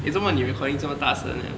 eh 做么你的 recording 这么大声的